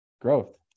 growth